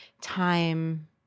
time